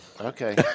Okay